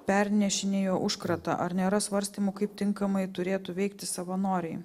pernešinėjo užkratą ar nėra svarstymų kaip tinkamai turėtų veikti savanoriai